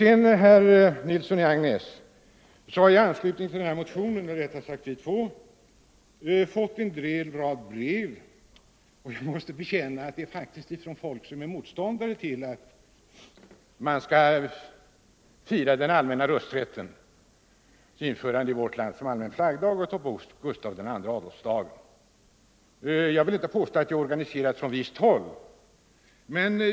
Vi har, herr Nilsson i Agnäs, i anslutning till den här motionen fått många brev och jag måste bekänna att det faktiskt är från folk som är motståndare till att fira den allmänna rösträttens införande i vårt land som allmän flaggdag och ta bort Gustav II Adolfsdagen. Jag vill inte påstå att detta är organiserat från visst håll.